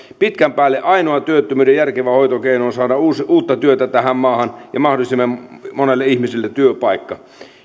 pitkän päälle ainoa työttömyyden järkevä hoitokeino on saada uutta uutta työtä tähän maahan ja mahdollisimman monelle ihmiselle työpaikka